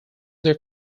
their